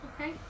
okay